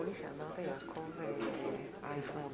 ואין